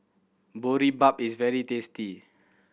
boribap is very tasty